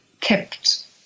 kept